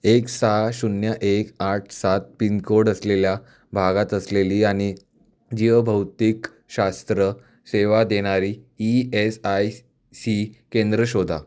एक सहा शून्य एक आठ सात पिनकोड असलेल्या भागात असलेली आणि जीवभौतिकशास्त्र सेवा देणारी ई एस आय सी केंद्रे शोधा